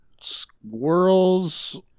Squirrels